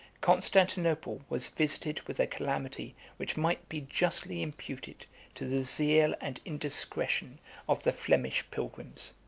constantinople was visited with a calamity which might be justly imputed to the zeal and indiscretion of the flemish pilgrims.